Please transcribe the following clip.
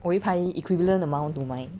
我会拍 equivalent amount to mine